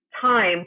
time